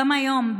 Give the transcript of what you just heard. גם היום,